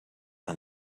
and